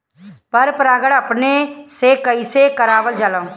पर परागण अपने से कइसे करावल जाला?